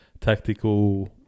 tactical